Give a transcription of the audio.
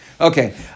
Okay